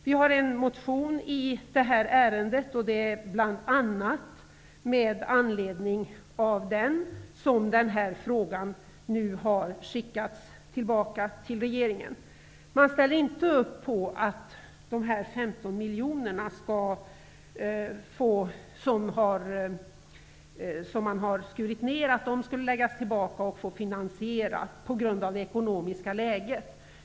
Vi har väckt en motion i detta ärende, och det är bl.a. med anledning av den som den här frågan nu har skickats tillbaka till regeringen. På grund av det ekonomiska läget ställer man sig inte bakom att de 15 miljoner kronor som man vill skära ned anslaget med skall finansieras.